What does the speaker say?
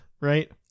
Right